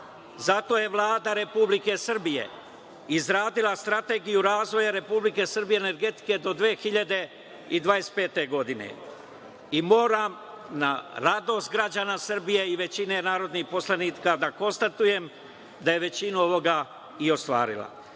zato je Vlada Republike Srbije izradila Strategiju razvoja Republike Srbije energetike do 2025. godine i moram, na radost građana Srbije i većine narodnih poslanika, da konstatujem da je većinu ovoga i ostvarila. Koliku